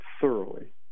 thoroughly